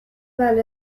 well